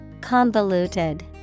Convoluted